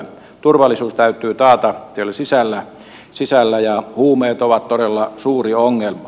turvallisuus täytyy taata siellä sisällä ja huumeet ovat todella suuri ongelma